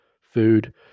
food